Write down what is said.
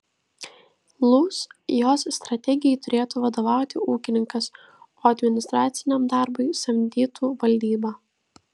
lūs jos strategijai turėtų vadovauti ūkininkas o administraciniam darbui samdytų valdybą